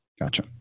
Gotcha